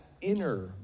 inner